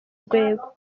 rwego